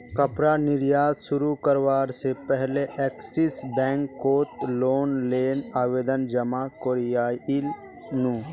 कपड़ा निर्यात शुरू करवा से पहले एक्सिस बैंक कोत लोन नेर आवेदन जमा कोरयांईल नू